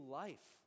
life